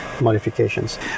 modifications